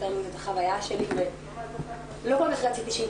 לא רציתי שידעו שזאת אני.